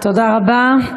תודה רבה.